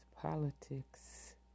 Politics